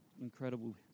incredible